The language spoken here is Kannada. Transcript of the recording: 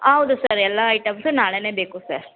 ಆಂ ಹೌದು ಸರ್ ಎಲ್ಲ ಐಟಮ್ಸು ನಾಳೆನೇ ಬೇಕು ಸರ್